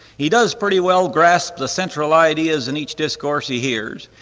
he does pretty well grasp the central ideas in each discourse he hears,